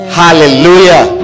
hallelujah